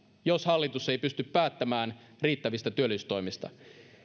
jos hallitus ei pysty päättämään riittävistä työllisyystoimista